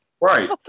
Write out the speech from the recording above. Right